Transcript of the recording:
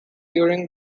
during